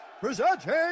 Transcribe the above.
presenting